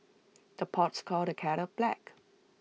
the pots calls the kettle black